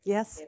Yes